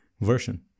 version